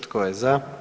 Tko je za?